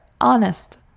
honest